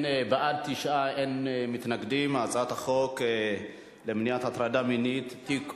ההצעה להעביר את הצעת החוק למניעת הטרדה מינית (תיקון,